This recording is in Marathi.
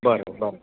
बरं बरं